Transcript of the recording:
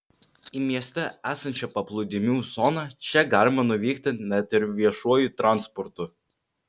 į mieste esančią paplūdimių zoną čia galima nuvykti net ir viešuoju transportu